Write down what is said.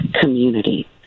community